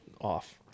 off